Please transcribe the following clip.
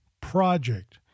project